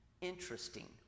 Interesting